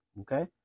Okay